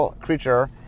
creature